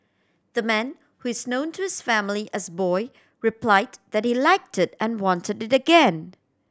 the man who is known to his family as boy replied that he liked it and wanted it again